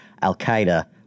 al-Qaeda